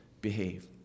behave